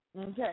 Okay